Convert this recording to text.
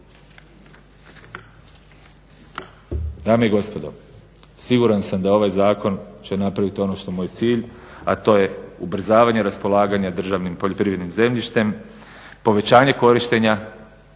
Dame i gospodo, siguran sam da ovaj zakon će napraviti ono što mu je cilj, a to je ubrzavanje raspolaganja državnim poljoprivrednim zemljištem, povećanje korištenja